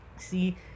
See